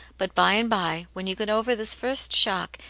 but by-and-by, when you get over this first shock,